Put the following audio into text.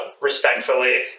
respectfully